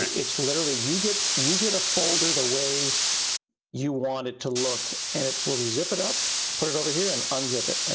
it's literally, you get you get a folder the way you want it to look and it will zip it up, put it over here and unzip it. and